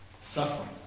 suffering